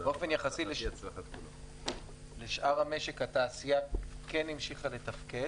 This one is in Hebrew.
באופן יחסי לשאר המשק, התעשייה כן המשיכה לתפקד.